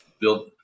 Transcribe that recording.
build